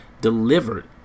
delivered